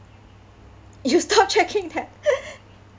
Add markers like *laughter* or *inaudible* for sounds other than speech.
you stop checking that *laughs*